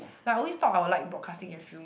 like I always thought I will like broadcasting and film